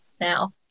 now